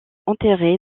enterré